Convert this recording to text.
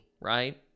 right